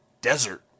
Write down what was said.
desert